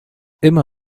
emma